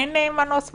אין מנוס מזה.